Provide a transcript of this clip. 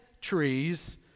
trees